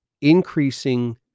increasing